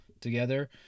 together